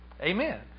Amen